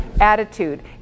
Attitude